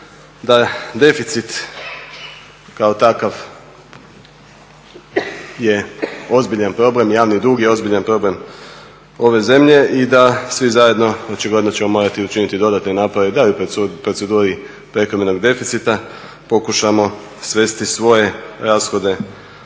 da deficit kao takav je ozbiljan problem. Javni dug je ozbiljan problem ove zemlje i da svi zajedno očigledno ćemo morati učiniti dodatne napore da u proceduri prekomjernog deficita pokušamo svesti svoje rashode